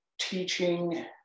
teaching